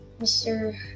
Mr